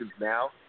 now